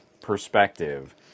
perspective